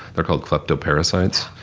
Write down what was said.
they're called kleptoparasites.